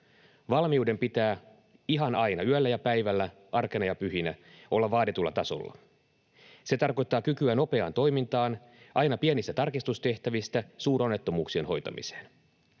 Valmiuden pitää ihan aina, yöllä ja päivällä, arkena ja pyhinä, olla vaaditulla tasolla. Se tarkoittaa kykyä nopeaan toimintaan, aina pienistä tarkistustehtävistä suuronnettomuuksien hoitamiseen.